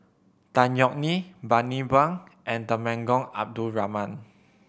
Tan Yeok Nee Bani Buang and Temenggong Abdul Rahman